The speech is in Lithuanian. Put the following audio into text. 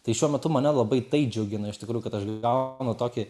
tai šiuo metu mane labai tai džiugina iš tikrųjų kad aš gaunu tokį